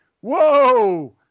whoa